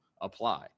apply